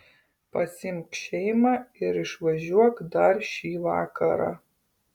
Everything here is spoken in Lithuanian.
pasiimk šeimą ir išvažiuok dar šį vakarą